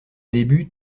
début